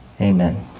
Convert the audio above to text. Amen